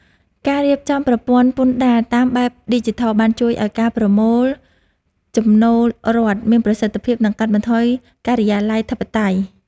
ការរៀបចំប្រព័ន្ធពន្ធដារតាមបែបឌីជីថលបានជួយឱ្យការប្រមូលចំណូលរដ្ឋមានប្រសិទ្ធភាព និងកាត់បន្ថយការិយាល័យធិបតេយ្យ។